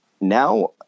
now